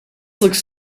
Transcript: looks